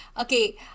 Okay